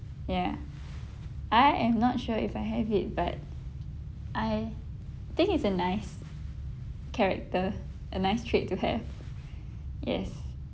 ya I am not sure if I have it but I think it's a nice character a nice trait to have yes